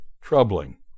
troubling